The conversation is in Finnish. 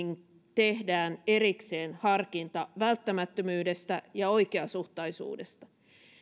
tehdään erikseen harkinta välttämättömyydestä ja oikeasuhtaisuudesta